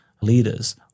leaders